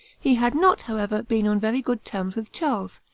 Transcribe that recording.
he had not, however, been on very good terms with charles,